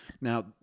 Now